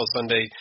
Sunday